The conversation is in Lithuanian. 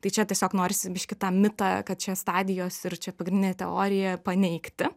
tai čia tiesiog norisi biškį tą mitą kad čia stadijos ir čia pagrindinė teorija paneigti